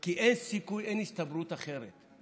כי אין סיכוי, אין הסתברות אחרת.